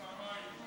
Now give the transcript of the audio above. פעמיים.